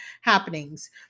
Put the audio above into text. happenings